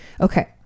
okay